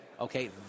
okay